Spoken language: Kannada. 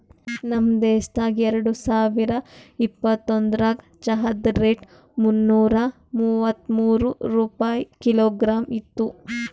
ನಮ್ ದೇಶದಾಗ್ ಎರಡು ಸಾವಿರ ಇಪ್ಪತ್ತೊಂದರಾಗ್ ಚಹಾದ್ ರೇಟ್ ಮುನ್ನೂರಾ ಮೂವತ್ಮೂರು ರೂಪಾಯಿ ಕಿಲೋಗ್ರಾಮ್ ಇತ್ತು